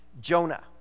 Jonah